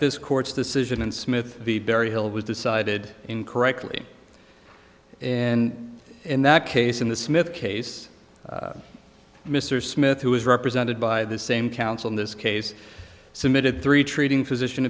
this court's decision and smith the burial was decided in correctly and in that case in the smith case mr smith who was represented by the same counsel in this case submitted three treating physician